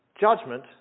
judgment